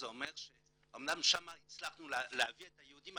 אמנם שם הצלחנו להביא את היהודים,